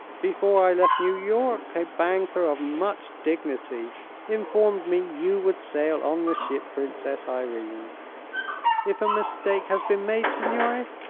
before i left new york a banker of much dignity informed me you would sail on the ship princess irene if a mistake has been made, signore,